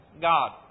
God